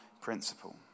principle